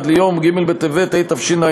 עד יום ג' בטבת התשע"ז,